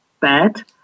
bad